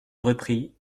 reprit